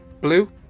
Blue